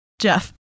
Jeff